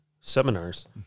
seminars